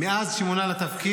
מאז שמונה לתפקיד,